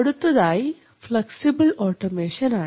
അടുത്തതായി flexible automation ആണ്